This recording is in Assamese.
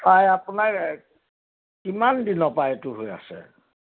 আপোনাক কিমান দিনৰপৰা এইটো হৈ আছে